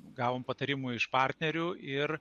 gavom patarimų iš partnerių ir